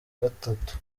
gatatu